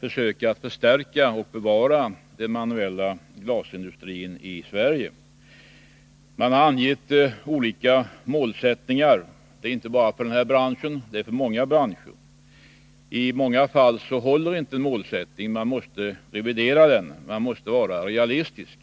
försöka förstärka och bevara den manuella glasindustrin i Sverige. Man har angett olika målsättningar, inte bara när det gäller glasbranschen utan också i fråga om andra branscher. I många fall håller inte målsättningen. Man måste revidera den, man måste vara realistisk.